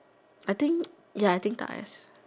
I think ya I think nice